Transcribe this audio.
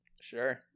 Sure